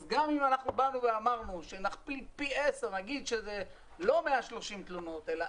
אז גם באנו ואמרנו שנכפיל פי עשרה ונגיד שזה לא 130 תלונות אלא